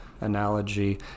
Analogy